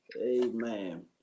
Amen